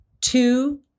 two